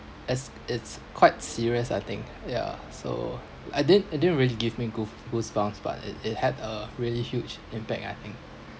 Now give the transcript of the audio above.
as its quite serious I think ya so I didn't it didn't really give me goof~ goosebumps but it it had a really huge impact I think